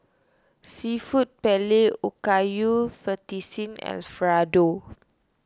Seafood Paella Okayu Fettuccine Alfredo